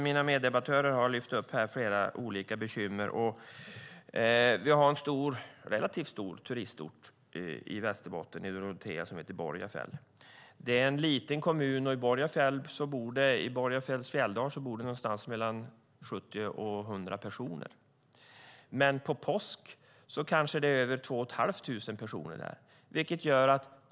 Mina meddebattörer har lyft upp flera olika bekymmer. Vi har en relativt stor turistort i Västerbotten, i Dorotea, som heter Borgafjäll. Det är en liten kommun, och i Borgafjälls fjälldal bor det mellan 70 och 100 personer. Men under påsken är det kanske över 2 500 personer där.